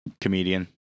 Comedian